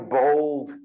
bold